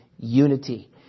unity